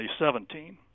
2017